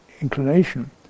inclination